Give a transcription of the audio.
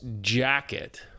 jacket